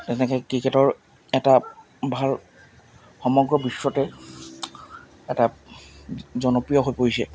তেনেকৈ ক্ৰিকেটৰ এটা ভাল সমগ্ৰ বিশ্বতে এটা জনপ্ৰিয় হৈ পৰিছে